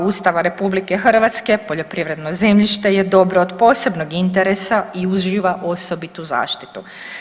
Ustava RH poljoprivredno zemljište je dobro od posebnog interesa i uživa osobitu zaštitu.